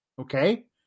Okay